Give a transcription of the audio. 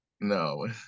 No